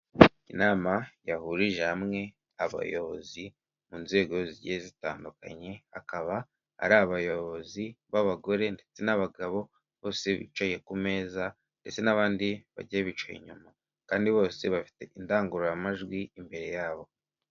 Inama yahurije hamwe abayobozi mu nzego zigiye zitandukanye, akaba ari abayobozi b'abagore ndetse n'abagabo bose bicaye ku meza, ndetse n'abandi bagiye bicaye inyuma. Kandi bose bafite indangururamajwi imbere yabo.